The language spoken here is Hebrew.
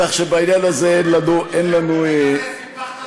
כך שבעניין הזה אין לנו מחלוקת.